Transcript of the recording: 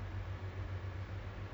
mm